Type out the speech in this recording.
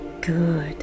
Good